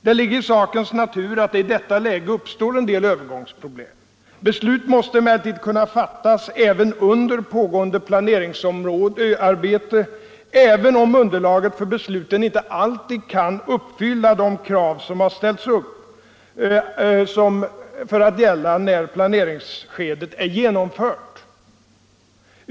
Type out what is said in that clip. Det ligger i sakens natur att det i detta läge uppstår en del övergångsproblem. Beslut måste emellertid kunna fattas också under pågående planeringsarbete, även om underlaget för besluten inte alltid kan uppfylla de krav som har ställts upp för att gälla när planeringsskedet är genomfört.